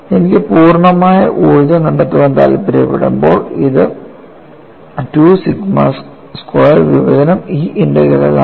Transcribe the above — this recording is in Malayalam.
എനിക്ക് പൂർണ്ണമായ ഊർജ്ജം കണ്ടെത്താൻ താൽപ്പര്യപ്പെടുമ്പോൾ ഇത് 2 സിഗ്മ സ്ക്വയർ വിഭജനം E ഇന്റഗ്രൽ ആണ്